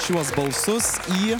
šiuos balsus į